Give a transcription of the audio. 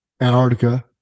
Antarctica